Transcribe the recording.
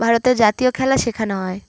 ভারতের জাতীয় খেলা শেখানো হয়